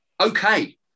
Okay